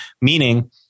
Meaning